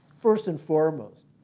first and foremost,